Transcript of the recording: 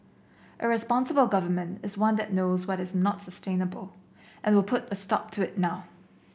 a responsible Government is one that knows what is not sustainable and will put a stop to it now